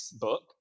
book